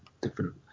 different